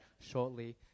shortly